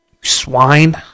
swine